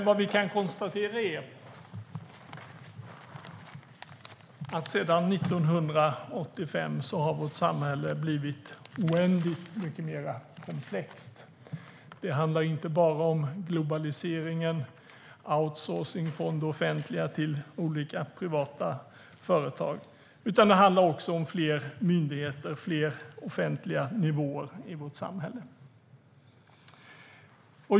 Vi kan konstatera att sedan 1985 har vårt samhälle blivit oändligt mycket mer komplext. Det handlar inte bara om globaliseringen och om outsourcing från det offentliga till olika privata företag, utan det handlar också om fler myndigheter och fler offentliga nivåer i vårt samhälle.